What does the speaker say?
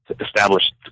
established